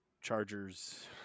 Chargers